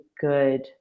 good